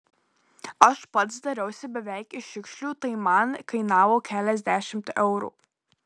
aš pats dariausi beveik iš šiukšlių tai man kainavo keliasdešimt eurų